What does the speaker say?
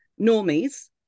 normies